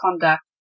conduct